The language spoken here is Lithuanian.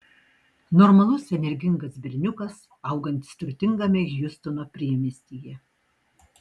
normalus energingas berniukas augantis turtingame hjustono priemiestyje